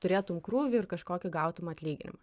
turėtum krūvį ir kažkokį gautum atlyginimą